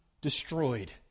destroyed